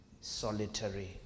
solitary